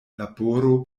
laboro